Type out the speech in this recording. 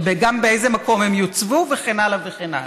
וגם באיזה מקום הם יוצבו וכן הלאה וכן הלאה.